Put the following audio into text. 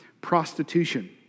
prostitution